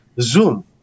Zoom